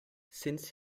since